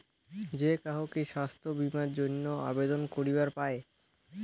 যে কাহো কি স্বাস্থ্য বীমা এর জইন্যে আবেদন করিবার পায়?